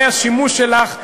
זה הרי השימוש שלך,